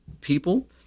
people